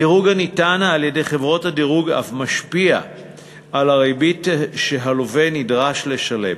הדירוג הניתן על-ידי חברות הדירוג אף משפיע על הריבית שהלווה נדרש לשלם,